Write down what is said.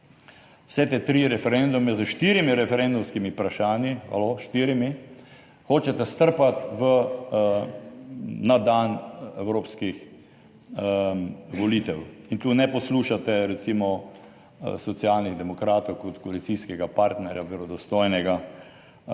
vse te tri referendume s štirimi referendumskimi vprašanji, halo, štirimi, hočete strpati na dan evropskih volitev in tu ne poslušate recimo Socialnih demokratov kot koalicijskega partnerja, verodostojnega